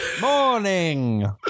Morning